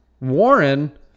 Warren